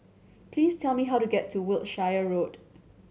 please tell me how to get to Wiltshire Road